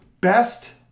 Best